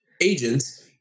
Agents